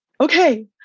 okay